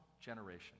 generation